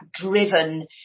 driven